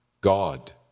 God